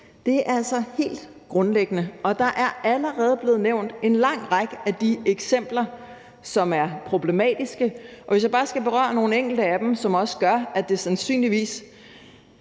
Det er altså helt grundlæggende. Der er allerede blevet nævnt en lang række af de eksempler, som er problematiske. Hvis jeg bare skal berøre nogle enkelte af dem, som gør, at det sandsynligvis